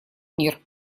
мир